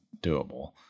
doable